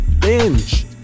Binge